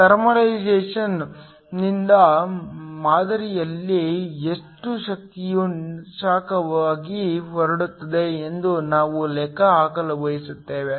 ಥರ್ಮಲೈಸೇಶನ್ನಿಂದ ಮಾದರಿಯಲ್ಲಿ ಎಷ್ಟು ಶಕ್ತಿಯು ಶಾಖವಾಗಿ ಹರಡುತ್ತದೆ ಎಂದು ನಾವು ಲೆಕ್ಕ ಹಾಕಲು ಬಯಸುತ್ತೇವೆ